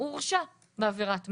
הוא הורשע בעבירת מין,